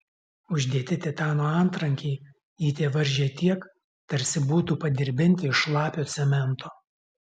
uždėti titano antrankiai jį tevaržė tiek tarsi būtų padirbdinti iš šlapio cemento